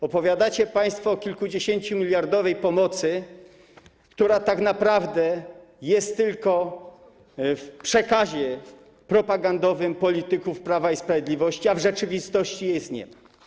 Opowiadacie państwo o kilkudziesięciu miliardach pomocy, która tak naprawdę jest tylko w przekazie propagandowym polityków Prawa i Sprawiedliwości, a w rzeczywistości nie istnieje.